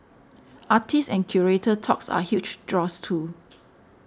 artist and curator talks are huge draws too